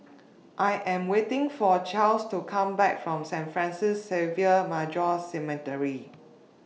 I Am waiting For Chas to Come Back from Saint Francis Xavier Major Seminary